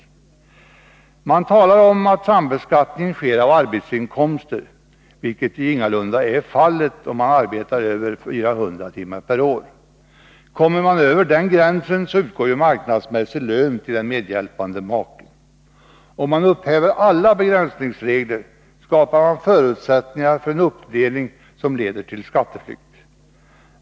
Reservanterna talar om att sambeskattning sker av arbetsinkomster, vilket ju ingalunda är fallet om man arbetar över 400 timmar per år. Kommer man över den gränsen, utgår ju marknadsmässig lön till den medhjälpande maken. Om alla begränsningsregler upphävs, skapas förutsättningar för en uppdelning som leder till skatteflykt.